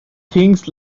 things